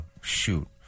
shoot